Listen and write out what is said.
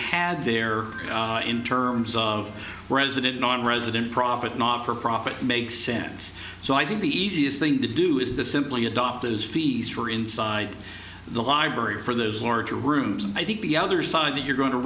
had there in terms of resident nonresident profit not for profit makes sense so i think the easiest thing to do is to simply adopt those fees for inside the library for those larger rooms and i think the other side that you're go